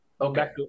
Okay